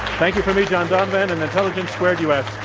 thank you from me, john donvan, and squared u. s.